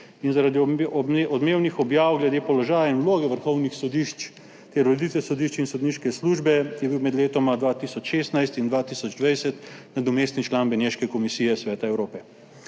bil zaradi odmevnih objav glede položaja in vloge vrhovnih sodišč ter ureditve sodišč in sodniške službe med letoma 2016 in 2020 nadomestni član Beneške komisije Sveta Evrope.